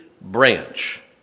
branch